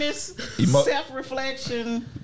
self-reflection